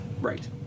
Right